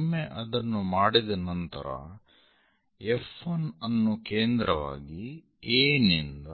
ಒಮ್ಮೆ ಅದನ್ನು ಮಾಡಿದ ನಂತರ F1 ಅನ್ನು ಕೇಂದ್ರವಾಗಿ A ನಿಂದ